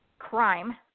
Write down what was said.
crime